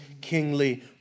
kingly